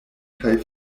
kaj